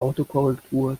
autokorrektur